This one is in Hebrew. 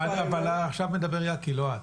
אבל עכשיו מדבר יקי, לא את.